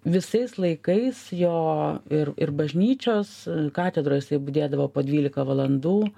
visais laikais jo ir ir bažnyčios katedroj jisai budėdavo po dvylika valandų